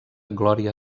glòria